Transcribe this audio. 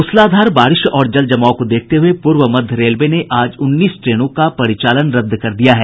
मुसलाधार बारिश और जल जमाव को देखते हये पूर्व मध्य रेलवे ने आज उन्नीस ट्रेनों को रद्द कर दिया है